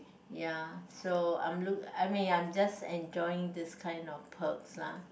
ya so I'm look I mean I'm just enjoying these kind of perks lah